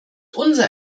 unser